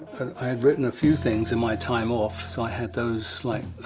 i had written a few things in my time off, so i had those, like